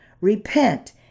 Repent